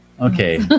okay